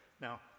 Now